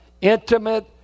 Intimate